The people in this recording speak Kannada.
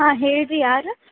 ಹಾಂ ಹೇಳಿರಿ ಯಾರು